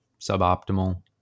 suboptimal